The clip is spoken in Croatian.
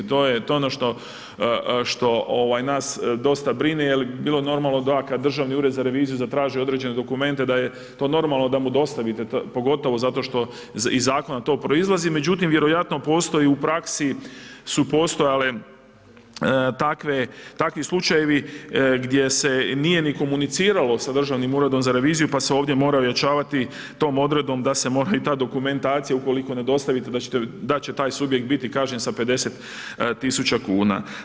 To je ono što nas dosta brine, jer bi bilo normalan da kada Državni ured za reviziju zatraži određene dokumente, da je pod normalnim da mu dostavite to, pogotovo zato što iz zakona to proizlazi, međutim, vjerojatno postoji u praksi su postojale takvi slučajevi gdje se nije ni komuniciralo sa Državnim uredom za revizijom, pa se ovdje moraju ojačavati tom odredbom, da se mora i ta dokumentacija ukoliko ne dostavite, da će taj subjekt biti kažnjen sa 50 tisuća kuna.